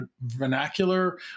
vernacular